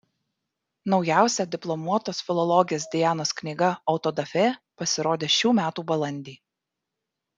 naujausia diplomuotos filologės dianos knyga autodafė pasirodė šių metų balandį